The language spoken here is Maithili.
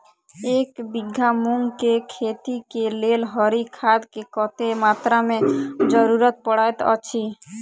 एक बीघा मूंग केँ खेती केँ लेल हरी खाद केँ कत्ते मात्रा केँ जरूरत पड़तै अछि?